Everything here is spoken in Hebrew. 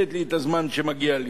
תן לי את הזמן שמגיע לי,